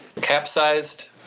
Capsized